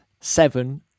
seven